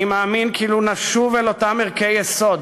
אני מאמין כי אם נשוב אל אותם ערכי יסוד,